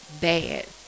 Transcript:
bad